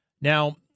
Now